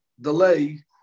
delay